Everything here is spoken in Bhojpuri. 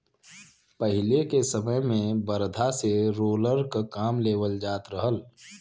पहिले के समय में बरधा से रोलर क काम लेवल जात रहल